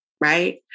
right